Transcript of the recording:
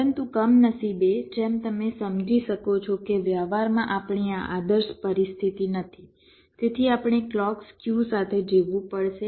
પરંતુ કમનસીબે જેમ તમે સમજી શકો છો કે વ્યવહારમાં આપણી આ આદર્શ પરિસ્થિતિ નથી તેથી આપણે ક્લૉક સ્ક્યુ સાથે જીવવું પડશે